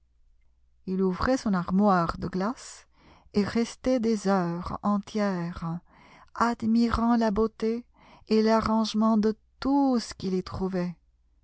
il ouvrait son armoire de glace et restait des heures entières admirant la beauté et l'arrangement de tout ce qu'il y trouvait